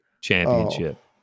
championship